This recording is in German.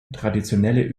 traditionelle